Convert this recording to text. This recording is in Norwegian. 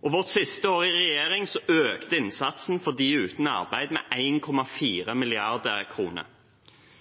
vårt siste år i regjering økte innsatsen for dem uten arbeid med 1,4 mrd. kr.